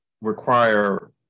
require